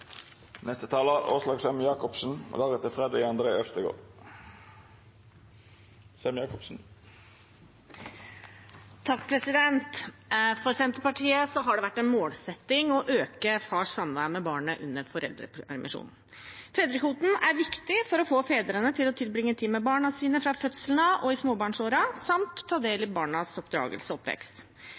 For Senterpartiet har det vært en målsetting å øke fars samvær med barnet under foreldrepermisjonen. Fedrekvoten er viktig for å få fedrene til å tilbringe tid med barna sine fra fødselen av og i småbarnsårene samt å ta del i barnas oppdragelse og oppvekst.